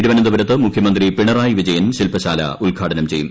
തിരുവനന്തപുരത്ത് മുഖ്യമന്ത്രി പിണറായി വിജയൻ ശിൽപശാല ഉദ്ഘാടനം ചെയ്യും